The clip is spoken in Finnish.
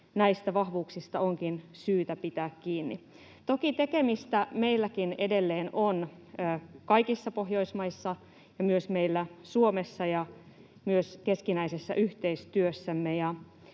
näistä vahvuuksista onkin syytä pitää kiinni. Toki tekemistä meilläkin edelleen on kaikissa Pohjoismaissa ja myös meillä Suomessa ja myös keskinäisessä yhteistyössämme.